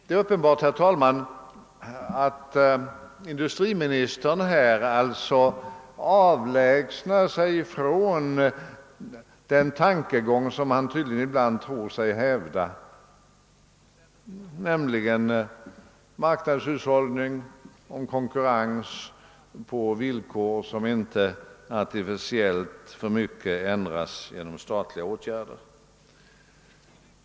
Det är uppenbart, herr talman, att industriministern här avlägsnar sig från det som. han tydligen "ibland tror sig hävda, nämligen marknadshushållninger och principen om en konkurrens på villkor som inte. artificiellt ändras för mycket genom statliga åtgärder.